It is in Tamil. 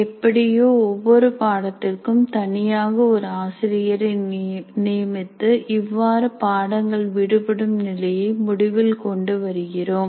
எப்படியோ ஒவ்வொரு பாடத்திற்கும் தனியாக ஒரு ஆசிரியரை நியமித்து இவ்வாறு பாடங்கள் விடுபடும் நிலையை முடிவில் கொண்டு வருகிறோம்